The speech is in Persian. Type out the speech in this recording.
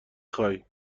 خوای